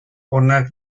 onak